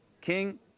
king